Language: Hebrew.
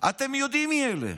אתם יודעים מי אלה.